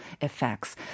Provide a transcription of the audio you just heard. effects